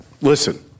Listen